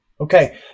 Okay